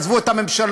עזבו את הממשלות,